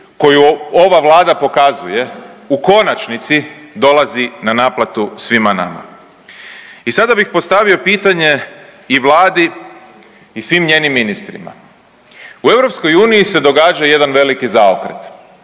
koju ova Vlada pokazuje u konačnici dolazi na naplatu svima nama. I sada bih postavio pitanje i Vladi i svim njenim ministrima. U EU se događa jedan veliki zaokret.